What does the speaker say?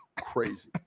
Crazy